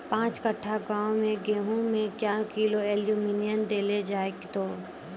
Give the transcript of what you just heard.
पाँच कट्ठा गांव मे गेहूँ मे क्या किलो एल्मुनियम देले जाय तो?